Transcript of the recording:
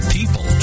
People